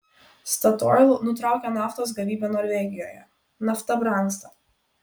statoil nutraukia naftos gavybą norvegijoje nafta brangsta